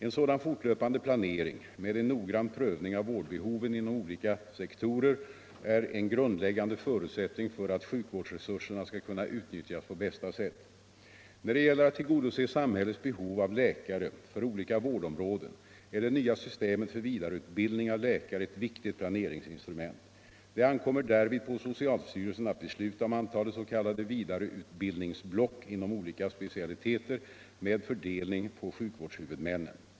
En sådan fortlöpande planering med en noggrann prövning 19 av vårdbehoven inom olika sektorer är en grundläggande förutsättning för att sjukvårdsresurserna skall kunna utnyttjas på bästa sätt. När det gäller att tillgodose samhällets behov av läkare för olika vårdområden är det nya systemet för vidareutbildning av läkare ett viktigt planeringsinstrument. Det ankommer därvid på socialstyrelsen att besluta om antalet s.k. vidareutbildningsblock inom olika specialiteter med fördelning på sjukvårdshuvudmännen.